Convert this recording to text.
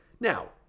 Now